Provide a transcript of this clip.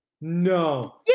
No